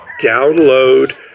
download